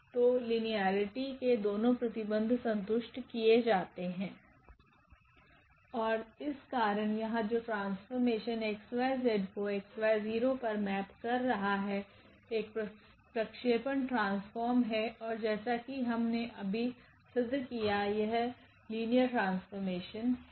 तो लिनियरटी के दोनों प्रतिबंध संतुष्ट किए जाते है ओर इस कारण यहाँ जो ट्रांसफॉर्मेशन 𝑥 𝑦 𝑧 को 𝑥 𝑦 0 पर मैप कर रहा है एक प्रक्षेपण ट्रांसफॉर्मेशन है ओर जेसा कि हमने अभी सिद्ध किया यह लिनियर ट्रांसफॉर्मेशन है